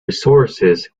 resources